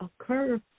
occur